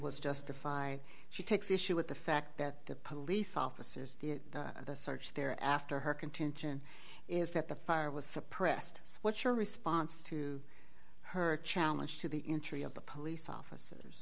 was justified she takes issue with the fact that the police officers the search there after her contention is that the fire was suppressed so what's your response to her challenge to the entry of the police officers